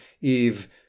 Eve